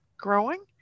growing